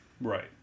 Right